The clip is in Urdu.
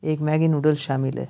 ایک میگی نوڈل شامل ہے